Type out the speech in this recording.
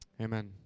Amen